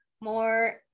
more